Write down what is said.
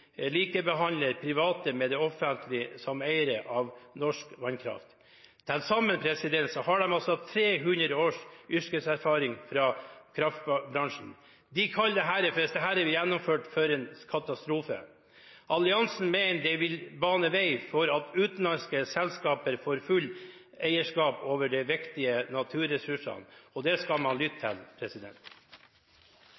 likebehandle private og det offentlige som eiere av norsk vannkraft. Til sammen har de altså 300 års yrkeserfaring fra kraftbransjen. De kaller dette, hvis det blir gjennomført, for en «katastrofe». Alliansen mener det vil bane vei for at utenlandske selskaper får fullt eierskap over de viktige naturressursene. Det skal man lytte